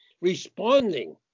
responding